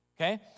okay